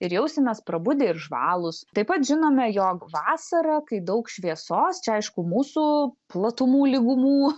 ir jausimės prabudę ir žvalūs taip pat žinome jog vasarą kai daug šviesos čia aišku mūsų platumų lygumų